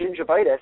gingivitis